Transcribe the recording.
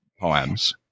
poems